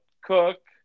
Cook